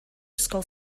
ysgol